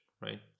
right